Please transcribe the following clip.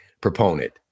proponent